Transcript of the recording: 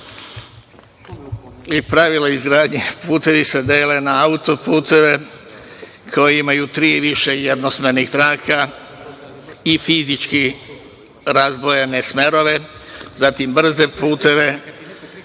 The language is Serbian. i pravilu izgradnje putevi se dele na autoputeve koji imaju tri i više jednosmernih traka i fizički razdvojene smerove, zatim brze puteve